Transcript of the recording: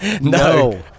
no